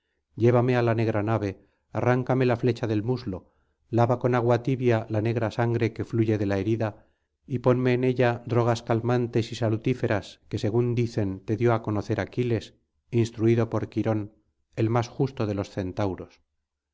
llévame á la negra nave arráncame la flecha del muslo lava con agua tibia la negra sangre que fluye de la herida y ponme en ella drogas calmantes y salutíferas que según dicen te dio á conocer aquiles instruido por quirón el más justo de los centauros